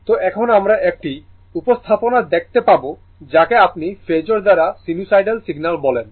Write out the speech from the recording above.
তো এখন আমরা একটি উপস্থাপনা দেখতে পাব যাকে আপনি ফেজোর দ্বারা সিনুসোইডাল সিগন্যাল বলেন